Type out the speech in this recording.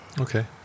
Okay